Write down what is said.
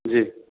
جی